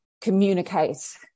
communicate